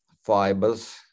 fibers